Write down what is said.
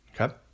Okay